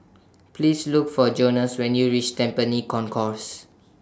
Please Look For Jonas when YOU REACH Tampines Concourse